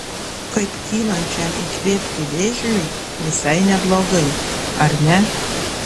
kaip kylančiam įkvėpti vėžliui visai neblogai ar ne